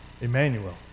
Emmanuel